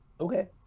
Okay